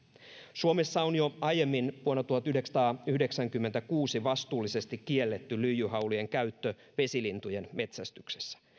suomessa on jo aiemmin vuonna tuhatyhdeksänsataayhdeksänkymmentäkuusi vastuullisesti kielletty lyijyhaulien käyttö vesilintujen metsästyksessä